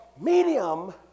medium